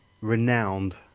renowned